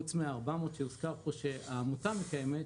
חוץ מה-400 שהוזכר פה שהעמותה מקיימת,